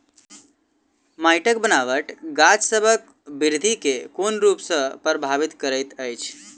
माइटक बनाबट गाछसबक बिरधि केँ कोन रूप सँ परभाबित करइत अछि?